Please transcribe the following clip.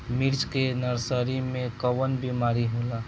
मिर्च के नर्सरी मे कवन बीमारी होला?